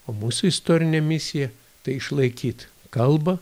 o mūsų istorinė misija tai išlaikyt kalbą